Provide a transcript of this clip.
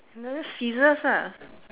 scissors ah